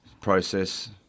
Process